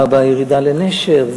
בירידה לנשר,